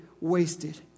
wasted